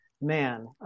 man